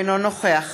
אינו נוכח